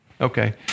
Okay